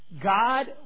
God